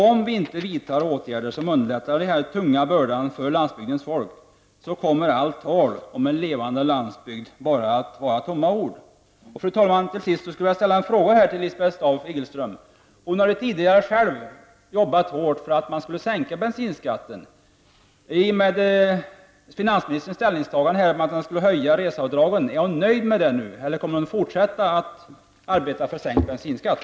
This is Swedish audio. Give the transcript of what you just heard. Om vi inte vidtar åtgärder som lättar den tunga bördan för landsbygdens folk kommer allt tal om en levande landsbygd bara att vara tomma ord. Fru talman! Till sist skulle jag vilja ställa en fråga till Lisbeth Staaf-Igelström. Hon har tidigare själv arbetat hårt för att bensinskatten skulle sänkas. Är Lisbeth Staaf-Igelström nöjd med finansministerns ställningstagande att höja reseavdraget eller kommer hon att fortsätta att arbeta för sänkt bensinskatt?